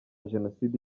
jenoside